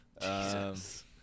Jesus